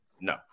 No